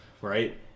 right